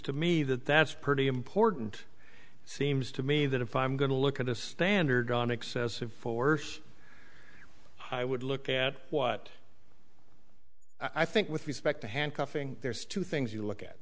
to me that that's pretty important seems to me that if i'm going to look at a standard on excessive force i would look at what i think with respect to handcuffing there's two things you look at